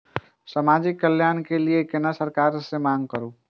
समाजिक कल्याण के लीऐ केना सरकार से मांग करु?